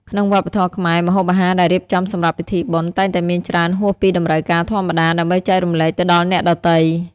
ក្នុងវប្បធម៌ខ្មែរ ម្ហូបអាហារដែលរៀបចំសម្រាប់ពិធីបុណ្យ តែងតែមានច្រើនហួសពីតម្រូវការធម្មតា ដើម្បីចែករំលែកទៅដល់អ្នកដទៃ។